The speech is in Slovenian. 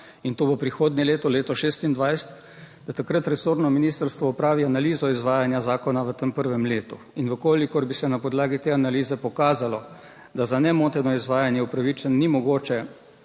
in to bo prihodnje leto, leto 2026, da takrat resorno ministrstvo opravi analizo izvajanja zakona v tem prvem letu. In v kolikor bi se na podlagi te analize pokazalo, da za nemoteno izvajanje upravičenj ni mogoče,